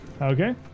Okay